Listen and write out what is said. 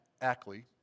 Ackley